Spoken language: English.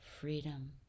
Freedom